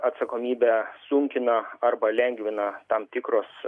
atsakomybę sunkina arba lengvina tam tikros